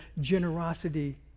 generosity